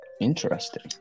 Interesting